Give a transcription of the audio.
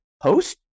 host